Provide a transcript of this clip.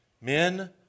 Men